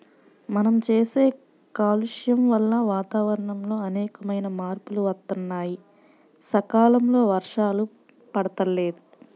మనం చేసే కాలుష్యం వల్ల వాతావరణంలో అనేకమైన మార్పులు వత్తన్నాయి, సకాలంలో వర్షాలు పడతల్లేదు